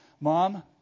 mom